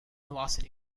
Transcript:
velocity